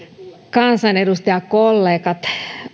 kansanedustajakollegat